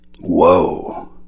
Whoa